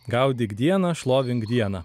gaudyk dieną šlovink dieną